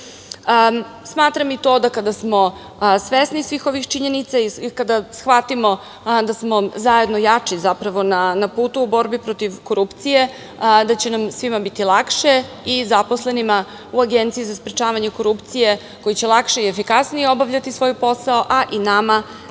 imovine. Smatram i to da kada smo svesni svih ovih činjenica i kada shvatimo da smo zajedno jači na putu u borbi protiv korupcije, da će nam svima biti lakše, i zaposlenima u Agenciji za sprečavanje korupcije, koji će lakše i efikasnije obavljati svoj posao, a i nama